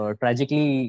tragically